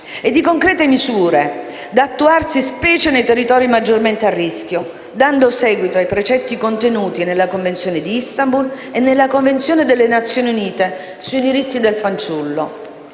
e di concrete misure da attuarsi specie nei territori maggiormente a rischio, dando seguito ai precetti contenuti nella Convenzione di Istanbul e nella Convenzione delle Nazioni Unite sui diritti del fanciullo.